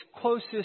closest